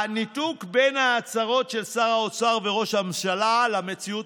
הניתוק בין ההצהרות של שר האוצר וראש הממשלה למציאות